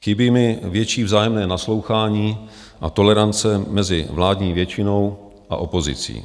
Chybí mi větší vzájemné naslouchání a tolerance mezi vládní většinou a opozicí.